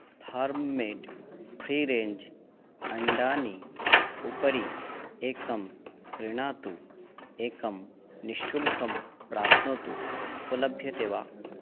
farm made free range अण्डानि उपरि एकं क्रीणातु एकं निःशुल्कं प्राप्नोतु उपलभ्यते वा